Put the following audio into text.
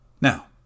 Now